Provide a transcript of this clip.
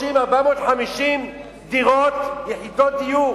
על 430, 450 יחידות דיור